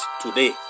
today